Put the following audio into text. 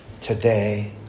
today